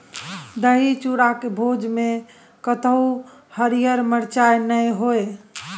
दही चूड़ाक भोजमे कतहु हरियर मिरचाइ नै होए